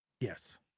Yes